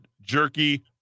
jerky